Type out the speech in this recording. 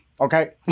okay